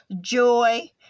Joy